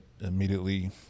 immediately